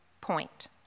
point